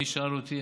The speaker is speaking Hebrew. מי שאל אותי?